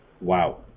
Wow